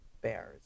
Bears